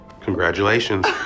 Congratulations